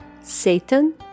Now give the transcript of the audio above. Satan